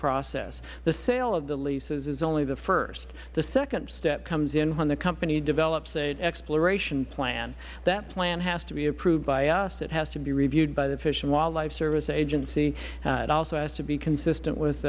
process the sale of the lease is only the first the second step comes in when the company develops an exploration plan that plan has to be approved by us it has to be reviewed by the fish and wildlife service agency it has also to be consistent